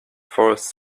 forest